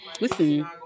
Listen